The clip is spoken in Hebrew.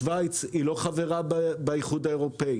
שוויץ לא חברה באיחוד האירופי,